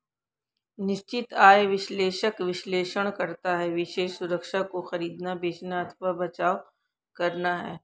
निश्चित आय विश्लेषक विश्लेषण करता है विशेष सुरक्षा को खरीदना, बेचना अथवा बचाव करना है